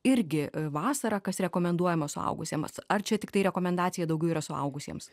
irgi vasarą kas rekomenduojama suaugusiems ar čia tiktai rekomendacija daugiau yra suaugusiems